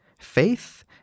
Faith